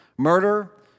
Murder